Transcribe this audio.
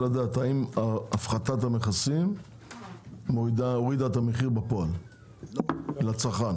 האם הפחתת המכסים הורידה את המחיר בפועל לצרכן.